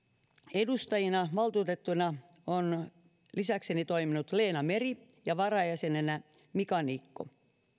edustajina valtuutettuina ovat lisäkseni toimineet leena meri ja varajäsenenä mika niikko